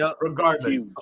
Regardless